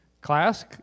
Class